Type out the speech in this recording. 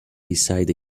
beside